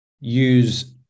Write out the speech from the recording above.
use